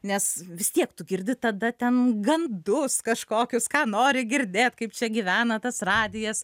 nes vis tiek tu girdi tada ten gandus kažkokius ką nori girdėt kaip čia gyvena tas radijas